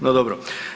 No dobro.